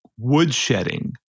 woodshedding